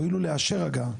הואילו לאשר הגעה.